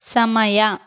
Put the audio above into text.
ಸಮಯ